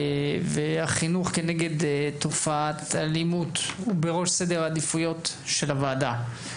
החינוך כנגד תופעת האלימות הוא בראש סדר העדיפויות של הוועדה.